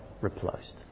replaced